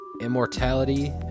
Immortality